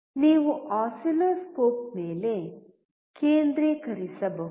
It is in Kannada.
ನೀವು ಆಸಿಲ್ಲೋಸ್ಕೋಪ್ ಮೇಲೆ ಕೇಂದ್ರೀಕರಿಸಬಹುದು